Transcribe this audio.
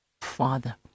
Father